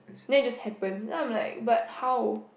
then it just happens then I'm like but how